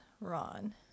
Ron